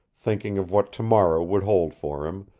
thinking of what tomorrow would hold for him,